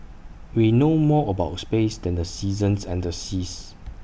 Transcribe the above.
we know more about space than the seasons and the seas